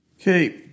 Okay